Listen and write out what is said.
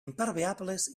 impermeables